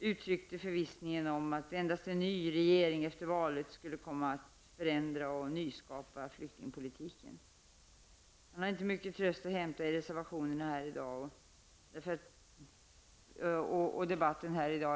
kände sig förvissad om att endast en ny regering efter valet skulle kunna ändra och nyskapa flyktingpolitiken. Han har inte mycket tröst att hämta i reservationerna och debatten här i dag.